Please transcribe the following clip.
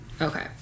okay